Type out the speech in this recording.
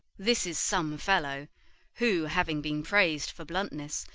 this is some fellow who, having been prais'd for bluntness,